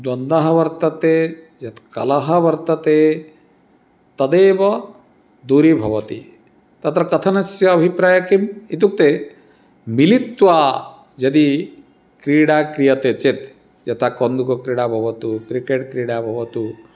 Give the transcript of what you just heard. द्वन्दः वर्तते यत् कलहः वर्तते तदेव दूरी भवति तत्र कथनस्य अभिप्रायः किम् इत्युक्ते मिलित्वा यदि क्रीडा क्रियते चेत् यथा कन्दुकक्रीडा भवतु क्रिकेट् क्रीडा भवतु